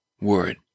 word